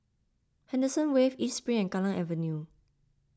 Henderson Wave East Spring and Kallang Avenue